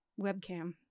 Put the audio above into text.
webcam